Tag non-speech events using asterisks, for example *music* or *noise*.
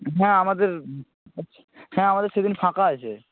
হ্যাঁ আমাদের *unintelligible* হ্যাঁ আমাদের সেদিন ফাঁকা আছে